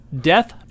Death